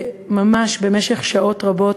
ממש במשך שעות רבות,